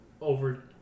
over